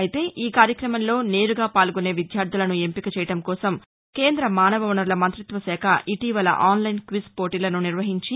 అయితే ఈకార్యక్రమంలో నేరుగా పాల్గొనే విద్యార్గులను ఎంపిక చేయడం కోసం కేంద్ర మానవవనరుల మంతిత్వ శాఖ ఇటీవల ఆన్ లైన్ క్విజ్ పోటీలను నిర్వహించి